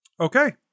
Okay